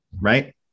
right